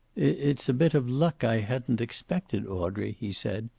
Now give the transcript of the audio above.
it's a bit of luck i hadn't expected, audrey, he said,